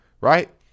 right